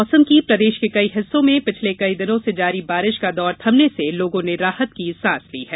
मौसम बारिश प्रदेश के कई हिस्सों में पिछले कई दिनों से जारी बारिश का दौर थमने से लोगों ने राहत की सांस ली है